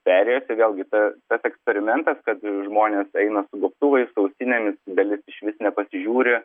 perėjose vėlgi ta tas eksperimentas kad žmonės eina su gobtuvais su ausinėmis dalis išvis nepasižiūri